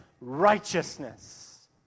righteousness